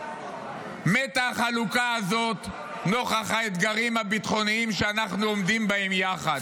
מתה החלוקה הזאת נוכח האתגרים הביטחוניים שאנחנו עומדים בהם יחד.